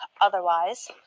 otherwise